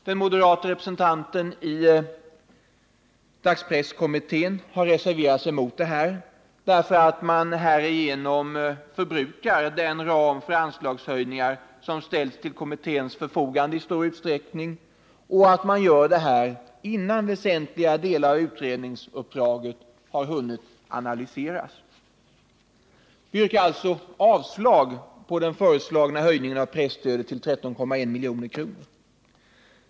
Den moderate representanten i dagspresskommittén har reserverat sig emot detta, därför att härigenom förbrukas i stor utsträckning den ram för anslagshöjningar som ställts till kommitténs förfogande, och detta innan väsentliga delar av utredningsuppdraget har hunnit analyseras. Vi yrkar alltså avslag på den föreslagna höjningen av presstödet till 13,1 milj.kr.